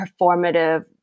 performative